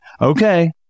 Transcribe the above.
okay